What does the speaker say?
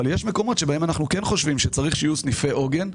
יש מקומות שבהם אנחנו חושבים שצריך שיהיו סניפי עוגן.